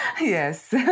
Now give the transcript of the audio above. Yes